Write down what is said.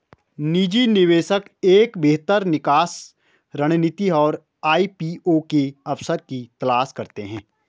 निजी निवेशक एक बेहतर निकास रणनीति और आई.पी.ओ के अवसर की तलाश करते हैं